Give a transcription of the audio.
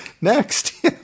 next